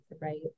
right